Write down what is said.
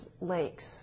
lakes